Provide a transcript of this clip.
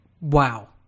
wow